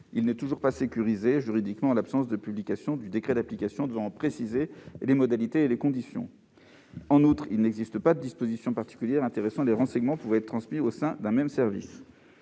il n'est toujours pas sécurisé juridiquement, en l'absence de publication du décret d'application devant en préciser les modalités et conditions. En outre, il n'existe pas de dispositions particulières intéressant les renseignements pouvant être transmis au sein d'un même service.